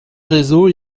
réseaux